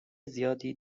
زیادی